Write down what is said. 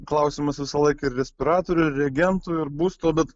klausimas visą laiką ir respiratorių ir reagentų ir būstų bet